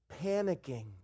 panicking